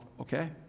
okay